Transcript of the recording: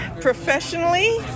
Professionally